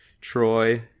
Troy